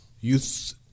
youth